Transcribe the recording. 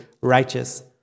righteous